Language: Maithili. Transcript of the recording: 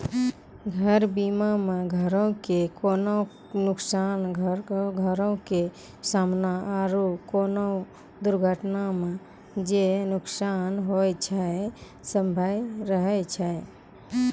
घर बीमा मे घरो के कोनो नुकसान, घरो के समानो आरु कोनो दुर्घटना मे जे नुकसान होय छै इ सभ्भे रहै छै